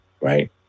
right